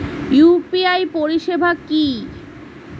UPI পরিষেবা কি?